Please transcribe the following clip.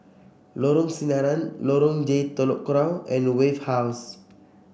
Lorong Sinaran Lorong J Telok Kurau and Wave House